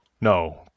No